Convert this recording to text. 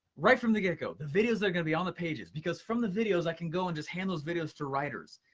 right from the get go. the videos are gonna be on the pages. because from the videos, i can go and just hand those videos to writers.